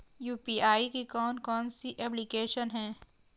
UPI की कौन कौन सी एप्लिकेशन हैं?